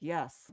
Yes